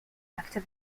after